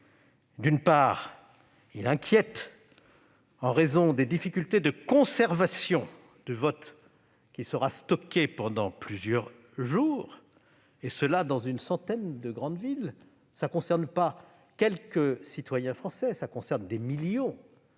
initiative. Il inquiète en raison des difficultés de conservation des votes, qui seront stockés pendant plusieurs jours, et ce dans une centaine de grandes villes. Oui, cela concerne non pas quelques citoyens français, mais des millions